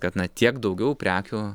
kad na tiek daugiau prekių